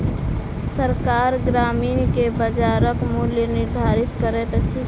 सरकार सामग्री के बजारक मूल्य निर्धारित करैत अछि